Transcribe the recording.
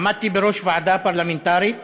עמדתי בראש ועדה פרלמנטרית